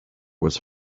was